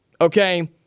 Okay